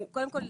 קודם כל,